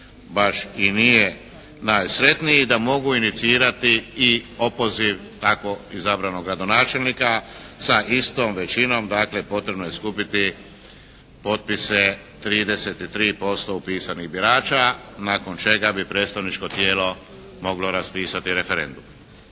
baš i nije najsretniji da mogu inicirati i opoziv tako izabranog gradonačelnika sa istom većinom. Dakle, potrebno je skupiti potpise 33% upisanih birača nakon čega bi predstavničko tijelo moglo raspisati referendum,